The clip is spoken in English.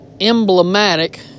emblematic